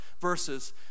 verses